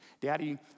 Daddy